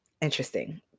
interesting